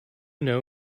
know